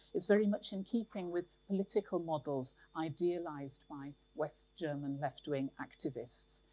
is very much in keeping with political models, idealised by west german left-wing activists.